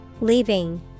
Leaving